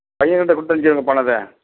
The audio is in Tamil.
பையன் கிட்ட கொடுத்து அனுப்பிச்சிருங்க பணத்தை